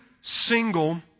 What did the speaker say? single